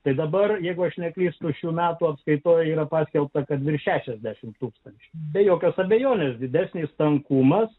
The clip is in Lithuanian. tai dabar jeigu aš neklystu šių metų apskaitoje yra paskelbta kad virš šešiasdešim tūkstančių be jokios abejonės didesnis tankumas